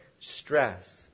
stress